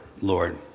Lord